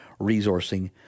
resourcing